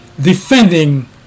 defending